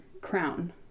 crown